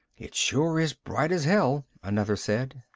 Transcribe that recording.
it sure is bright as hell, another said.